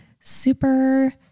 super